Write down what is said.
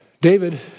David